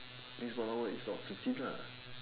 means one hour is not fifteen lah